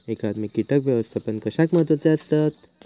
एकात्मिक कीटक व्यवस्थापन कशाक महत्वाचे आसत?